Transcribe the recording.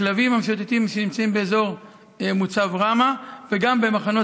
הכלבים המשוטטים שנמצאים באזור מוצב רמה וגם במחנות